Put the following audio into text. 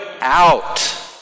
out